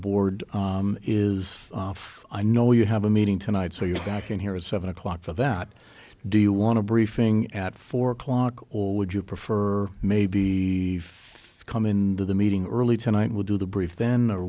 board is i know you have a meeting tonight so you're back in here at seven o'clock for that do you want to briefing at four o'clock or would you prefer may be come in to the meeting early tonight we'll do the brief then or